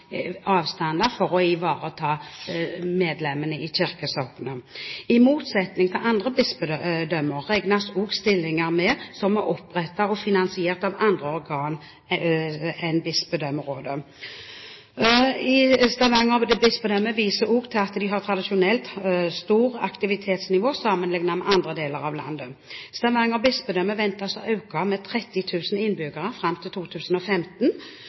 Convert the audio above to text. avstander – mye tid på å kjøre for å ivareta medlemmene i kirkesognet. I motsetning til i andre bispedømmer medregnes også noen stillinger som er opprettet og finansiert av andre organer enn bispedømmerådet. Stavanger bispedømme viser til at de tradisjonelt har et stort aktivitetsnivå sammenlignet med andre deler av